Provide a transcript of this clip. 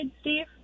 Steve